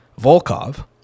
Volkov